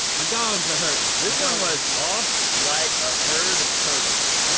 my dogs are hurtin'. this one was, off like a herd of turtles.